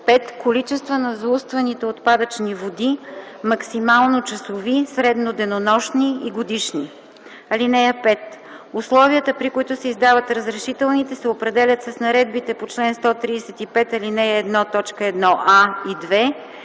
5. количества на заустваните отпадъчни води – максимално часови, средноденонощни и годишни. (5) Условията, при които се издават разрешителните, се определят с наредбите по чл. 135, ал. 1, т. 1а и 2